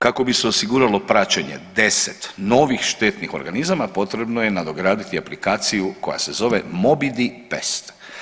Kako bi se osiguralo praćenje 10 novih štetnih organizama potrebno je nadograditi aplikaciju moja se zove MOBIDI PEST.